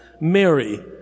Mary